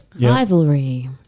Rivalry